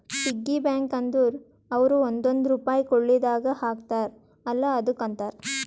piggy bank ಅಂದುರ್ ಅವ್ರು ಒಂದೊಂದ್ ರುಪೈ ಕುಳ್ಳಿದಾಗ ಹಾಕ್ತಾರ ಅಲ್ಲಾ ಅದುಕ್ಕ ಅಂತಾರ